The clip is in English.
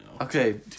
okay